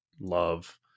love